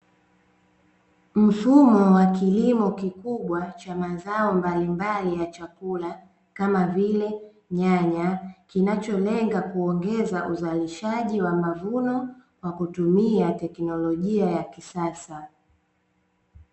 Mfumo wa kilimo kikubwa cha mazao mbalimbali ya chakula, kama vile nyanya kinacholenga kuongeza uzalishaji wa mavuno kwa kutumia teknolojia ya kisasa.